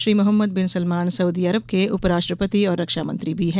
Shri Mohammed bin Salman Saudi Arab के उपराष्ट्रपति और रक्षामंत्री भी हैं